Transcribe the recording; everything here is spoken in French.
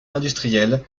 industrielle